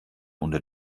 unter